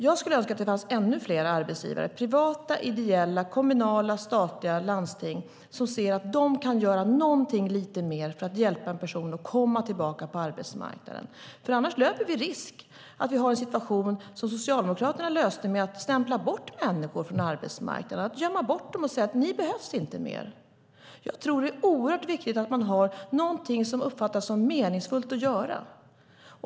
Jag skulle önska att det fanns ännu fler arbetsgivare - privata, ideella, kommunala, statliga och inom landstingen - som såg att de kan göra något lite mer för att hjälpa en person att komma tillbaka in på arbetsmarknaden. Annars löper vi en risk att vi har en situation som Socialdemokraterna löste med att stämpla bort människor från arbetsmarknaden, att gömma bort dem och säga att ni behövs inte mer. Jag tror att det är oerhört viktigt att man har någonting som uppfattas som meningsfullt att göra.